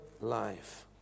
life